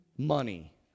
Money